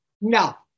No